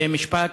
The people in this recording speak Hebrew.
במשפט.